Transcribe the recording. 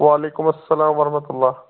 وعلیکُم اَسلام ورحمتہ اللہ